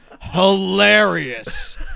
hilarious